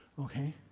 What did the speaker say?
Okay